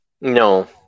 No